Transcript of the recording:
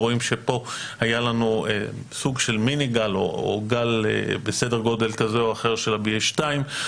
אנחנו רואים שפה היה לנו סוג של מיני גל של 2.BA שכרגע,